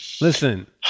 Listen